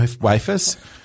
wafers